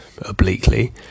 obliquely